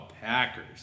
Packers